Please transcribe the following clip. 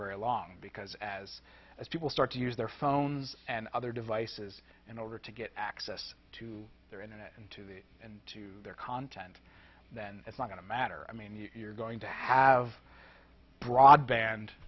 very long because as as people start to use their phones and other devices in order to get access to their internet and to the and to their content then it's not going to matter i mean you're going to have broadband